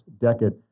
decade